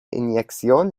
inyección